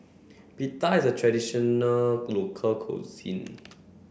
Pita is a traditional local cuisine